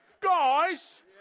guys